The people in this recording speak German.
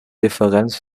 differenz